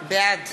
בעד